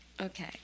okay